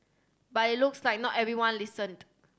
but it looks like not everyone listened